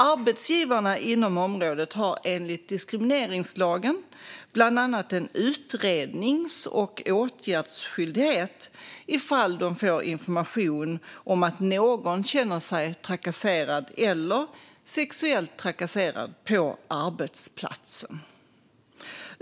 Arbetsgivarna inom området har enligt diskrimineringslagen bland annat en utrednings och åtgärdsskyldighet ifall de får information om att någon känner sig trakasserad eller sexuellt trakasserad på arbetsplatsen.